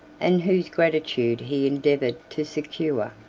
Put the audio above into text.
and whose gratitude he endeavored to secure,